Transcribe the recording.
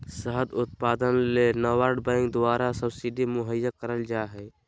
शहद उत्पादन ले नाबार्ड बैंक द्वारा सब्सिडी मुहैया कराल जा हय